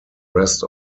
rest